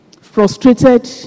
frustrated